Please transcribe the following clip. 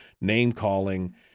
name-calling